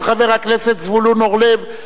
של חבר הכנסת זבולון אורלב.